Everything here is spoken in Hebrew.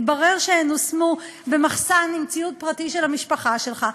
התברר שהן הושמו במחסן עם ציוד פרטי של המשפחה שלך,